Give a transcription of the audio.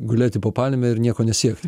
gulėti po palme ir nieko nesiekti